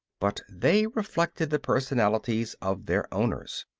but they reflected the personalities of their owners.